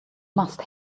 must